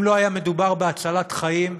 אם לא היה מדובר בהצלת חיים,